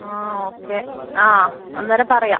ആ ഓക്കെ ആ അന്നേരം പറയാം